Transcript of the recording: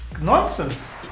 nonsense